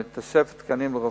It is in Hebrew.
תוספת תקנים לרופאים,